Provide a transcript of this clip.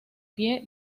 pie